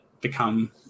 become